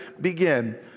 Begin